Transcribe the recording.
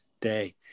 Day